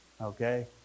Okay